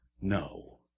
no